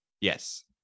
Yes